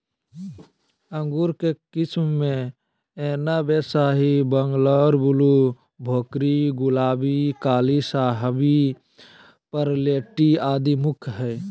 अंगूर के किस्म मे अनब ए शाही, बंगलोर ब्लू, भोकरी, गुलाबी, काली शाहवी, परलेटी आदि मुख्य हई